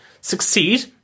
Succeed